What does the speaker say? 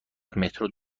مترو